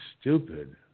stupid